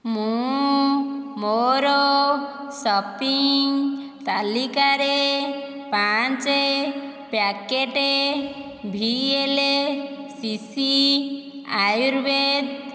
ମୁଁ ମୋ'ର ସପିଂ ତାଲିକାରେ ପାଞ୍ଚ ପ୍ୟାକେଟ୍ ଭିଏଲସିସି ଆୟୁର୍ବେଦ